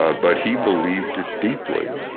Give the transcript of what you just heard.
ah but he believed ah deeply.